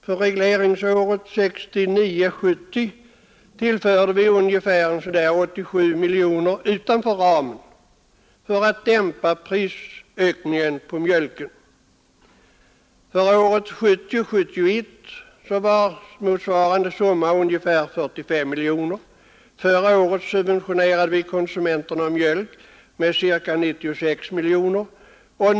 För regleringsåret 1969 71 var motsvarande summa ca 45 miljoner kronor. Förra året subventionerade vi konsumenterna av mjölk med ca 96 miljoner kronor.